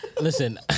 Listen